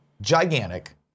gigantic